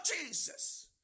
Jesus